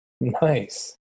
Nice